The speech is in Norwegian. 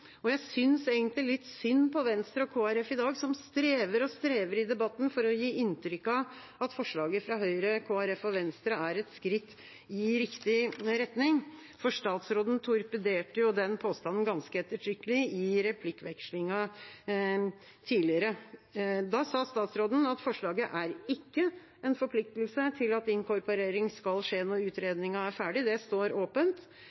Og jeg synes egentlig litt synd på Venstre og Kristelig Folkeparti i dag, som strever og strever i debatten for å gi inntrykk av at forslaget fra Høyre, Kristelig Folkeparti og Venstre er et skritt i riktig retning. For statsråden torpederte jo den påstanden ganske ettertrykkelig i replikkvekslingen tidligere. Da sa statsråden at forslaget ikke er en forpliktelse til at inkorporering skal skje når utredningen er ferdig, det står åpent.